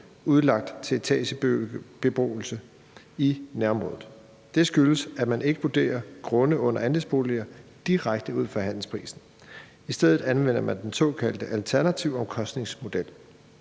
udlagt til etagebeboelse i nærområdet. Det skyldes, at man ikke vurderer grunde under andelsboliger direkte ud fra handelsprisen. I stedet anvender man den såkaldte alternative omkostningsmodel.